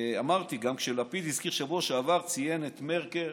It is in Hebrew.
אמרתי, גם כשלפיד הזכיר בשבוע שעבר, ציין את מרקל